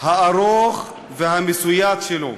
הארוך והמסויט שלו.